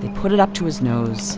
they put it up to his nose